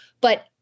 But-